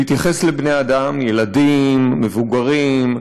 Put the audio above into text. להתייחס לבני אדם, ילדים, מבוגרים,